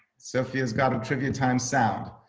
sofia's got and trivia times sound.